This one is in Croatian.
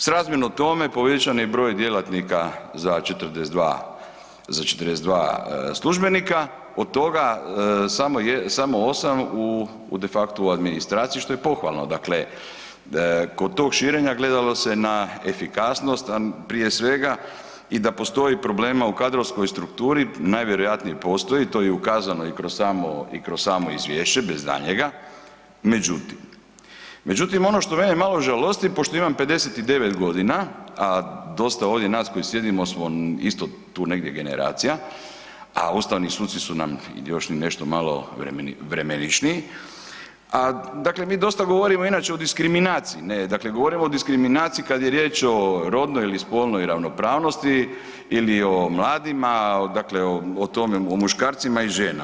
Srazmjerno tome, povećan je broj djelatnika za 42 službenika, od toga samo 8 u de facto u administraciji što je pohvalno, dakle kod tog širenja gledalo se na efikasnost a prije svega i da postoji problem u kadrovskoj strukturi, najvjerojatnije postoji to je i ukazano i kroz samo i kroz samo izvješće bez daljnjega, međutim, međutim ono što mene malo žalosti pošto imam 59 godina, a dosta ovdje nas koji sjedimo smo isto tu negdje generacija, a ustavni suci su nam još i nešto malo vremenišniji, a dakle mi dosta govorimo inače o diskriminaciji ne, ne dakle govorimo o diskriminaciji kad jer riječ o rodnoj ili spolnoj ravnopravnosti ili o mladima dakle o tome o muškarcima i ženama.